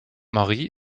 marie